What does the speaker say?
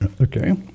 Okay